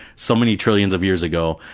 so many trillions of years ago,